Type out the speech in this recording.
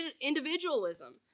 individualism